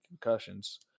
concussions